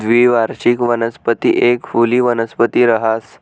द्विवार्षिक वनस्पती एक फुली वनस्पती रहास